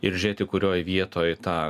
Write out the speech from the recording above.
ir žiūrėti kurioj vietoj tą